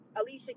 Alicia